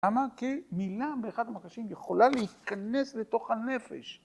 למה, כי מילה באחד המקשים, יכולה להיכנס לתוך הנפש.